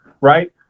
right